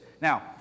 Now